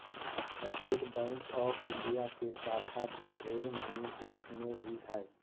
state bank of India के शाखा ढेर मनी देश मे भी हय